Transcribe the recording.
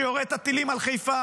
שיורה את הטילים על חיפה,